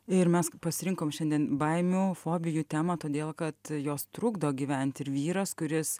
ir mes pasirinkom šiandien baimių fobijų temą todėl kad jos trukdo gyvent ir vyras kuris